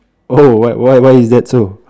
oh what why why is that so